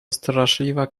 straszliwa